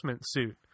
suit